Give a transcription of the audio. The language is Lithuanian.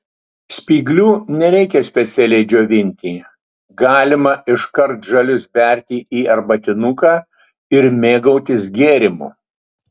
spyglių nereikia specialiai džiovinti galima iškart žalius berti į arbatinuką ir mėgautis gėrimu